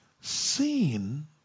Sin